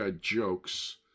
jokes